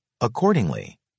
Accordingly